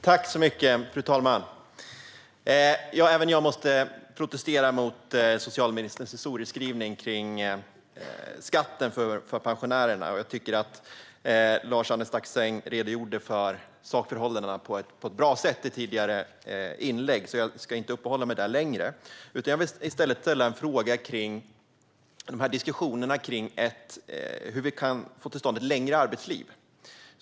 Fru talman! Även jag måste protestera mot socialministerns historieskrivning när det gäller skatten för pensionärerna. Lars-Arne Staxäng redogjorde för sakförhållandena på ett bra sätt. Därför ska jag inte uppehålla mig vid det. Jag vill i stället ställa en fråga om hur vi kan få till stånd ett längre arbetsliv.